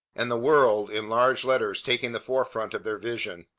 and the world in large letters taking the forefront of their vision.